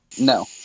No